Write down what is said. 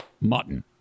mutton